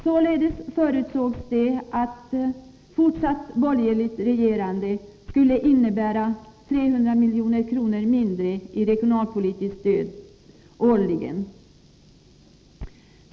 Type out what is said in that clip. Således förutsågs det att fortsatt borgerligt regerande skulle innebära 300 milj.kr. mindre i regionalpolitiskt stöd årligen.